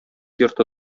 йорты